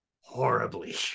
horribly